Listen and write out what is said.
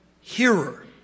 hearer